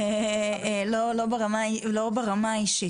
זה לא ברמה האישית.